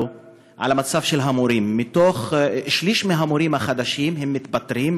על המצב של המורים: שליש מהמורים החדשים מתפטרים,